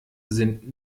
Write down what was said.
sind